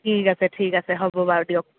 ঠিক আছে ঠিক আছে হ'ব বাৰু দিয়ক